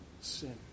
sin